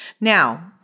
Now